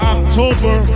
October